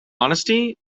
honesty